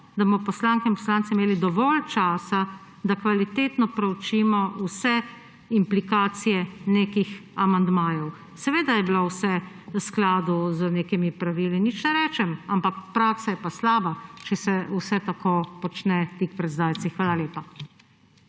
da bomo poslanke in poslanci imeli dovolj časa, da kvalitetno proučimo vse implikacije nekih amandmajev. Seveda je bilo vse v skladu z nekimi pravili. Nič ne rečem, ampak praksa je pa slaba, če se vse tako počne tik pred zdajci. Hvala lepa.